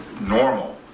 normal